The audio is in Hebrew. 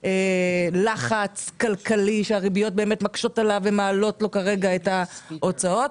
בלחץ כלכלי שהריביות מקשות עליו ומעלות לו את ההוצאות.